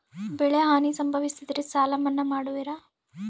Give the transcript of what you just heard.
ಬೆಳೆಹಾನಿ ಸಂಭವಿಸಿದರೆ ಸಾಲ ಮನ್ನಾ ಮಾಡುವಿರ?